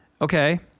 Okay